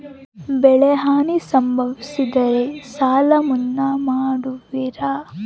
ಬೆಳೆಹಾನಿ ಸಂಭವಿಸಿದರೆ ಸಾಲ ಮನ್ನಾ ಮಾಡುವಿರ?